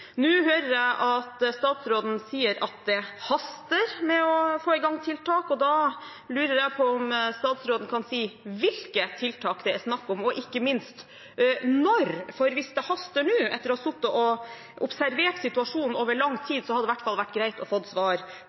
Nå hører jeg at statsråden sier at det haster med å få i gang tiltak, og da lurer jeg på om statsråden kan si hvilke tiltak det er snakk om, og ikke minst når. For hvis det haster nå etter at man har sittet og observert situasjonen over lang tid, hadde det i hvert fall vært greit å få svar